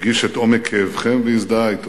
הרגיש את עומק כאבכם והזדהה אתו.